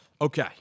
Okay